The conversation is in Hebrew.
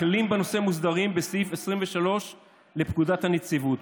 הכללים בנושא מוסדרים בסעיף 23 לפקודת הנציבות.